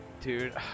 dude